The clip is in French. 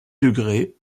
degrés